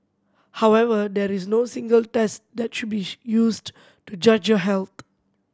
however there is no single test that should be used to judge your health